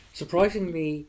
surprisingly